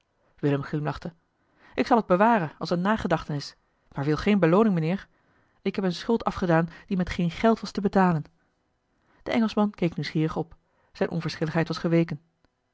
glimlachte ik zal t bewaren als eene gedachtenis maar wil geene belooning mijnheer ik heb eene schuld afgedaan die met geen geld was te betalen de engelschman keek nieuwsgierig op zijne onverschilligheid was geweken